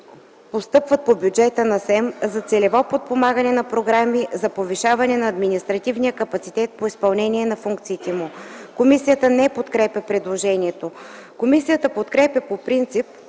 постъпват по бюджета на СЕМ за целево подпомагане на програми за повишаване на административния капацитет по изпълнение на функциите му”. Комисията не подкрепя предложението. Комисията подкрепя по принцип